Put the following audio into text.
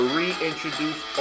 reintroduce